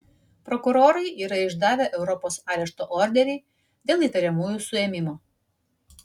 prokurorai yra išdavę europos arešto orderį dėl įtariamųjų suėmimo